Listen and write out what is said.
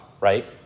right